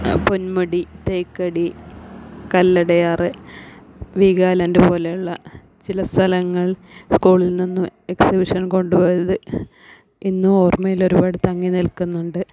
പൊന്മുടി തേക്കടി കല്ലടയാർ വീഗാലാൻഡ് പോലെയുള്ള ചില സ്ഥലങ്ങൾ സ്കൂളിൽ നിന്ന് എക്സിബിഷന് കൊണ്ടു പോയത് ഇന്ന് ഓർമ്മയിൽ ഒരുപാട് തങ്ങി നില്ക്കുന്നുണ്ട്